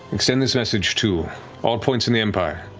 extend this message to all points in the empire.